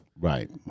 Right